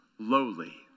lowly